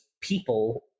people